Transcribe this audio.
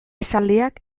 esaldiak